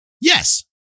Yes